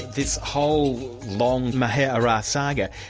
this whole, long maher arar saga,